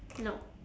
nope